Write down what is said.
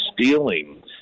stealing